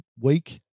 week